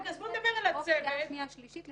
או קריאה שנייה ושלישית,